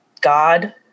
God